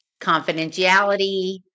confidentiality